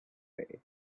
pray